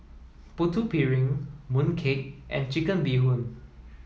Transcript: Putu Piring Mooncake and chicken bee hoon